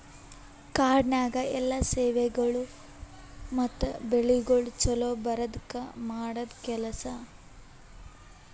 ಕಾಡನ್ಯಾಗ ಎಲ್ಲಾ ಸೇವೆಗೊಳ್ ಮತ್ತ ಬೆಳಿಗೊಳ್ ಛಲೋ ಬರದ್ಕ ಮಾಡದ್ ಕೆಲಸ